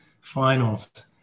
finals